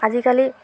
আজিকালি